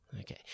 Okay